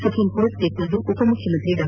supreme court ತೀರ್ಪನ್ನು ಉಪ ಮುಖ್ಯಮಂತ್ರಿ ಡಾ